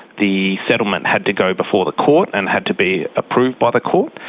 the settlement had to go before the court and had to be approved by the court.